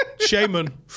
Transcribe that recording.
Shaman